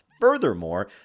furthermore